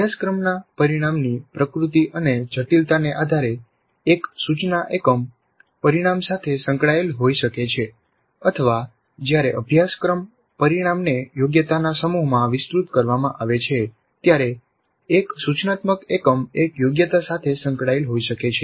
અભ્યાસક્રમના પરિણામની પ્રકૃતિ અને જટિલતાને આધારે એક સૂચના એકમ પરિણામ સાથે સંકળાયેલ હોઈ શકે છે અથવા જ્યારે અભ્યાશ્ક્રમ પરિણામ ને યોગ્યતાના સમૂહમાં વિસ્તૃત કરવામાં આવે છે ત્યારે એક સૂચનાત્મક એકમ એક યોગ્યતા સાથે સંકળાયેલ હોઈ શકે છે